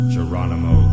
Geronimo